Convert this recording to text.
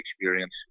experience